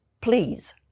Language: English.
please